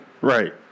Right